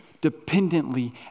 Dependently